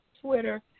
Twitter